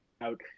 out